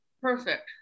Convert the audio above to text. perfect